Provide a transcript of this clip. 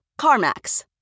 CarMax